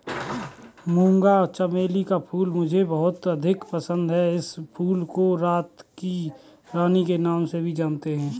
मूंगा चमेली का फूल मुझे बहुत अधिक पसंद है इस फूल को रात की रानी के नाम से भी जानते हैं